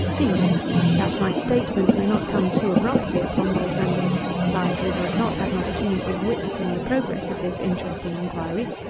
b that my statement may not come too abruptly upon those members of the society who have not had an opportunity of witnessing the progress of this interesting inquiry,